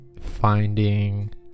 finding